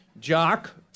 jock